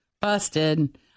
Busted